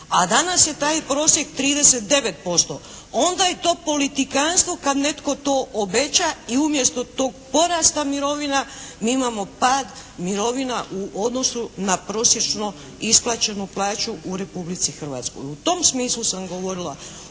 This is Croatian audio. a danas je taj prosjek 39%. Onda je to politikanstvo kad netko to obeća i umjesto tog porasta mirovina mi imamo pad mirovina u odnosu na prosječno isplaćenu plaću u Republici Hrvatskoj. U tom smislu sam govorila